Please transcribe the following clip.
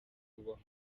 kubaho